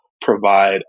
provide